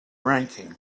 ranking